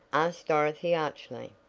asked dorothy archly.